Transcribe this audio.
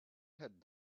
had